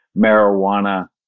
marijuana